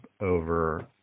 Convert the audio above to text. over